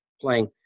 playing